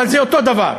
אבל זה אותו דבר.